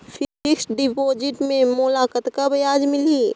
Fixed deposit मे मोला कतका ब्याज मिलही?